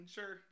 Sure